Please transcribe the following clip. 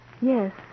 Yes